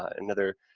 ah another,